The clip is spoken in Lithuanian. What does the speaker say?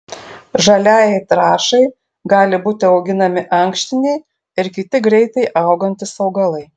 žaliajai trąšai gali būti auginami ankštiniai ir kiti greitai augantys augalai